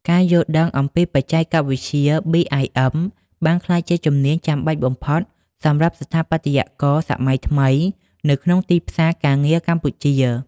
ការយល់ដឹងអំពីបច្ចេកវិទ្យា BIM បានក្លាយជាជំនាញចាំបាច់បំផុតសម្រាប់ស្ថាបត្យករសម័យថ្មីនៅក្នុងទីផ្សារការងារកម្ពុជា។